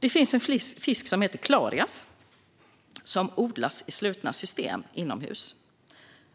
Det finns en fisk som heter clarias, som odlas i slutna system inomhus.